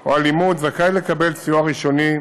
או אלימות זכאי לקבל סיוע ראשוני